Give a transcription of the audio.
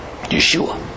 Yeshua